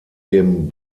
dem